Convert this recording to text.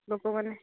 ଲୋକମାନେ